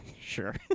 Sure